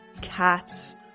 cats